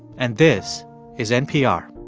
and this is npr